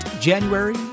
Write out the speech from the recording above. January